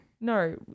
No